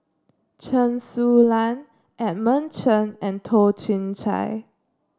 Chen Su Lan Edmund Chen and Toh Chin Chye